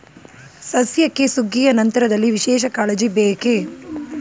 ಸಸ್ಯಕ್ಕೆ ಸುಗ್ಗಿಯ ನಂತರದಲ್ಲಿ ವಿಶೇಷ ಕಾಳಜಿ ಬೇಕೇ?